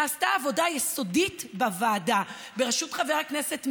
נעשתה עבודה יסודית בוועדה בראשות חבר הכנסת מרגי.